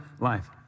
life